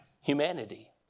humanity